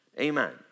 Amen